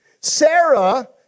Sarah